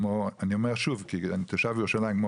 אני אומר שוב שאני תושב ירושלים כמו